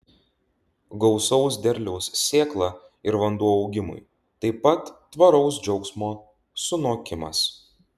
gausaus derliaus sėkla ir vanduo augimui taip pat tvaraus džiaugsmo sunokimas